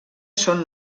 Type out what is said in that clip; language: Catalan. són